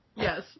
Yes